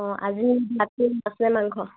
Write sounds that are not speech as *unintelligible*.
অঁ আজি *unintelligible* মাছনে মাংস